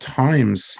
times